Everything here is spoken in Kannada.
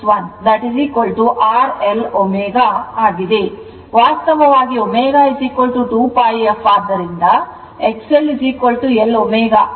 ವಾಸ್ತವವಾಗಿ ω 2 pi f ಆದ್ದರಿಂದ X L L ω ಇದು L 2 pi f ಆಗುತ್ತದೆ